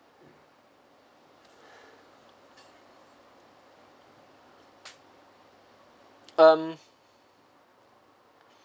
um